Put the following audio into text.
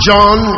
John